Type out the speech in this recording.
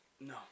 No